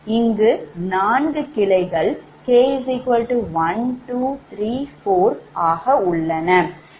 இங்கு நான்கு கிளைகள் k1234 உள்ளன